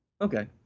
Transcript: Okay